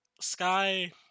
Sky